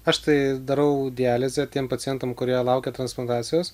aš tai darau dializę tiem pacientam kurie laukia transplantacijos